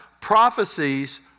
prophecies